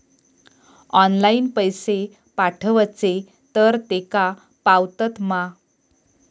Online पैसे पाठवचे तर तेका पावतत मा?